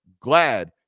Glad